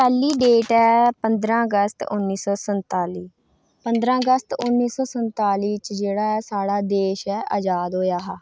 पैह्ली डेट ऐ पंदरां अगस्त उन्नी सौ संताती पंदरां अगस्त उन्नी सौ संताली च जेह्ड़ा ऐ साढ़ा देश आजाद होआ हा